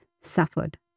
suffered